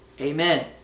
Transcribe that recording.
Amen